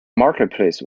marketplace